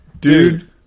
Dude